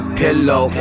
pillow